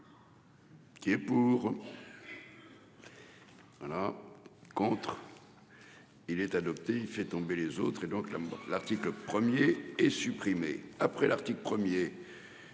Qui est pour. Voilà. Contre. Il est adopté, il fait tomber les autres et donc la l'article 1er est supprimé après l'article 1er.